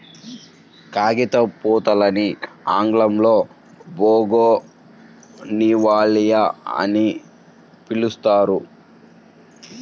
కాగితంపూలని ఆంగ్లంలో బోగాన్విల్లియ అని పిలుస్తారు